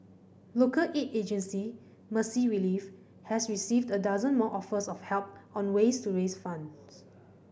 local aid agency Mercy Relief has received a dozen more offers of help on ways to raise funds